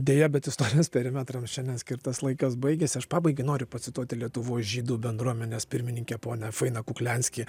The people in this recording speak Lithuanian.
deja bet istorijos perimetram šiandien skirtas laikas baigėsi aš pabaigai noriu pacituoti lietuvos žydų bendruomenės pirmininkę ponią fainą kukliansky